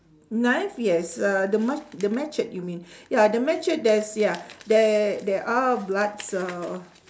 knife yes uh the ma~ machete you mean yeah the machete there's ya there are bloods uhh